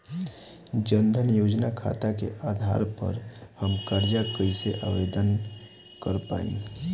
जन धन योजना खाता के आधार पर हम कर्जा कईसे आवेदन कर पाएम?